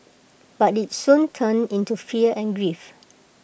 but IT soon turned into fear and grief